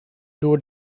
door